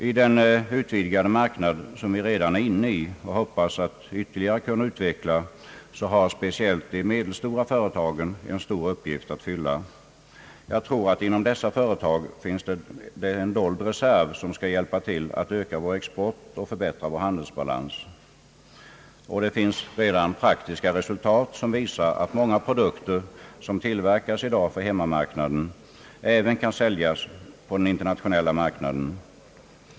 I den utvidgade marknad, som vi redan är inne i och hoppas ytterligare kunna utveckla, har speciellt de medelstora företagen en stor uppgift att fylla. Jag tror att inom dessa företag finns den dolda reserv, som skall hjälpa till att öka vår export och förbättra vår handelsbalans. Det finns redan praktiska resultat som visar, att många produkter, som tillverkas i dag för hemmamarknaden, även kan säljas på den internationella mark naden.